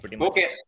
Okay